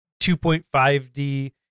2.5d